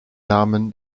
namen